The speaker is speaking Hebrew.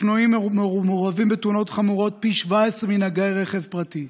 אופנועים מעורבים בתאונות חמורות פי 17 מנהגי רכב פרטי.